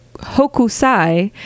Hokusai